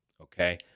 okay